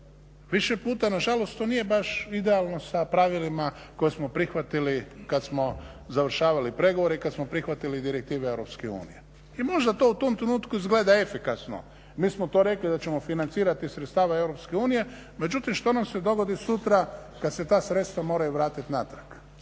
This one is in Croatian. više puta nažalost to nije baš idealno sa pravilima koje smo prihvatili kada smo završavali pregovore, kada smo prihvatili direktive EU. I možda to u tom trenutku izgleda efikasno, mi smo to rekli da ćemo financirati sredstava EU, međutim što nam se dogodi sutra kada se ta sredstva moraju vratiti natrag?